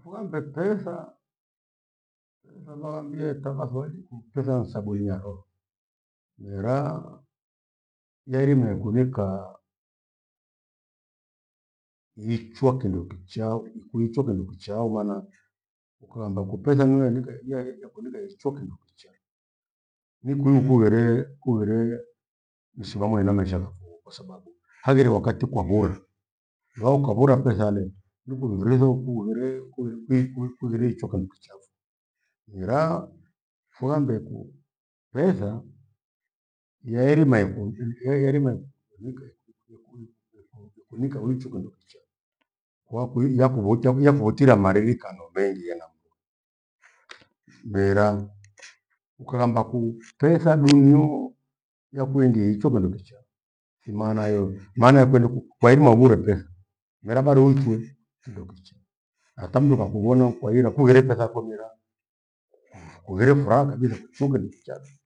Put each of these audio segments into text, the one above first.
Fughambe pesa, pesa thavambie tavatholi, mpesa ni sabuni ya roho. Meraa, yaherima nikunikaa ichwaa kindo kichaa ikwicha kindo kichaa umaana, ukamba kupesa niwe endika ija hia igwe yakunika icho kicho kindo kichaa. Nikuyu kughere kughere misimamo ena maisha ghako kwababu haghire wakati kwavora na ukavora petha lee nikiru mfiri wethu hughiree kui- kui- kwi- kwighire ichoka nikucahafu. Miraa fughambekuu petha yairima iku- ili- eria herima enika ikwi- kwikwi kuyo na mbepogho kunika wia kindo kicha. Kwakukwii yakuvoata yafutira mareriaka novelia na mrungu. Meraa ukahamba kuu pesa dunioo yakuendie icho kindo kichaa thimana iyoo. Maana ya kweri kwairima bure petha mera bado uchwe kindo kichaa. Hata mndu vakuvona kwahira kughere pesa kwamira kughire furaha kabitha fughe nikuchafi.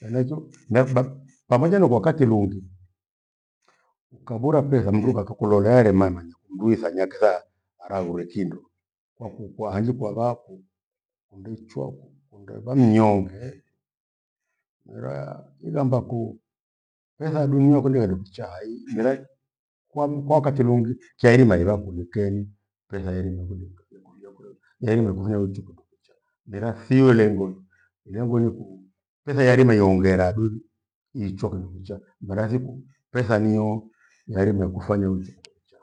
Henachio mi- ra- ba pamoja nakwatirungi ukavoara petha mndu kakalogha helemamanya kumndu ithanya kilaa haloghore kindo. kwaku- kwa hanji kwavaa ku- kundechwa kundevamnyonge miraa ighamba ku. Petha dunio kwende hendo kichaa haii miracho kwaku- kwataki lungi kyairima ira kunikeri petha irima yakunika yakuria kure, yairima kuthanya uwechi kindo kichaa. Mera thiolengo hiya gwene ku- petha yarime iongera du ichwa kindo kichaa mirathiku petha nio yairima ikufanya uichi kindo kichaa.